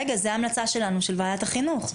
רגע, זה המלצה שלנו, של ועדת החינוך.